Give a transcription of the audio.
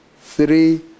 three